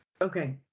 Okay